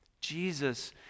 Jesus